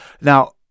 Now